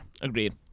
agreed